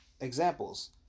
examples